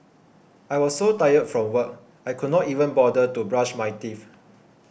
I was so tired from work I could not even bother to brush my teeth